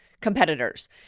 competitors